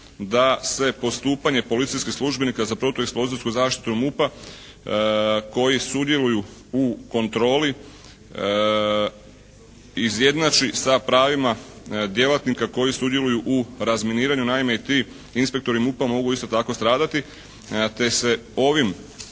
da se postupanje policijskih službenika za protueksplozijsku zaštitu MUP-a koji sudjeluju u kontroli izjednači sa pravima djelatnika koji sudjeluju u razminiranju. Naime, i ti inspektori MUP-a mogu isto tako stradati, te se ovim